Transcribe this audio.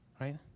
right